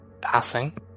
passing